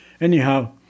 Anyhow